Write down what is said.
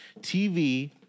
TV